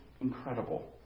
incredible